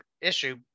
issue